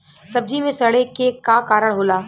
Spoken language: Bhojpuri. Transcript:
सब्जी में सड़े के का कारण होला?